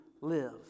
live